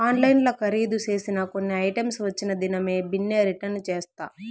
ఆన్లైన్ల కరీదు సేసిన కొన్ని ఐటమ్స్ వచ్చిన దినామే బిన్నే రిటర్న్ చేస్తా